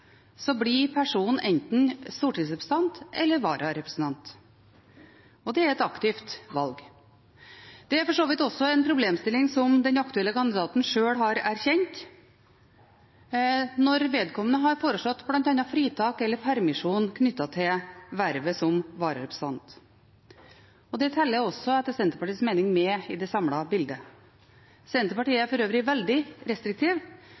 blir personen enten stortingsrepresentant eller vararepresentant. Det er et aktivt valg. Det er for så vidt også en problemstilling som den aktuelle kandidaten selv har erkjent når vedkommende har foreslått bl.a. fritak eller permisjon knyttet til vervet som vararepresentant. Det teller også – etter Senterpartiets mening – med i det samlede bildet. Senterpartiet er for øvrig veldig restriktiv